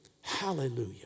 Hallelujah